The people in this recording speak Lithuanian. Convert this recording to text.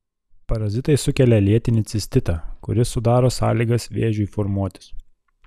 parazitai sukelia lėtinį cistitą kuris sudaro sąlygas vėžiui formuotis